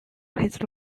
his